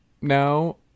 no